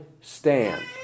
stand